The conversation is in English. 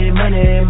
money